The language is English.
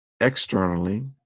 externally